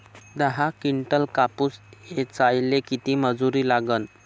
दहा किंटल कापूस ऐचायले किती मजूरी लागन?